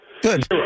Good